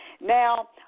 Now